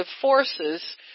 forces